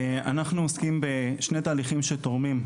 אנחנו עוסקים בשני תהליכים שתורמים,